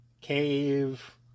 cave